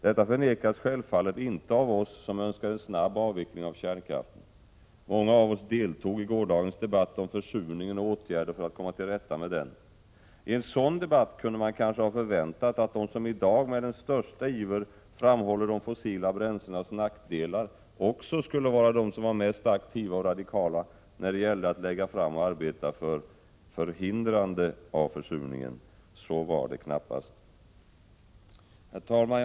Detta förnekas självfallet inte av oss som önskar en snabb avveckling av kärnkraften. Många av oss deltog i gårdagens debatt om försurningen och åtgärder för att komma till rätta med den. I en sådan debatt kunde man kanske ha förväntat att de som i dag med den största iver framhåller de fossila bränslenas nackdelar också skulle vara de som var mest aktiva och radikala när det gällde att lägga fram och arbeta för förhindrande av försurningen. Så var det knappast. Herr talman!